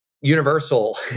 universal